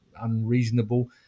unreasonable